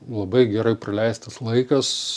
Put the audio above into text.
labai gerai praleistas laikas